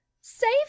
Save